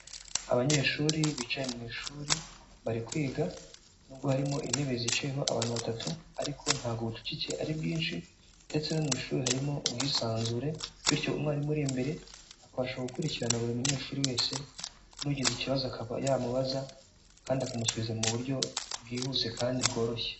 Abanyeshuri bicaye mu ishuri bari kwiga, nubwo harimo intebe zicayeho abantu batatu ariko ntabwo ubucucike ari bwinshi, ndetse no mu ishuri harimo ubwisanzure bityo umwarimu uri imbere akabasha gukurikirana buri munyeshuri wese n'ugize ikibazo akaba yamubaza, kandi akamusubiza mu buryo bwihuse kandi bworoshye.